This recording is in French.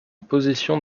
position